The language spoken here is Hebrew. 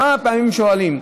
כמה פעמים שואלים,